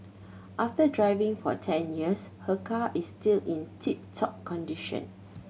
after driving for ten years her car is still in tip top condition